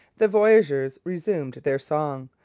the voyageurs resumed their song,